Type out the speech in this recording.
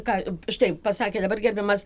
ką štai pasakė dabar gerbiamas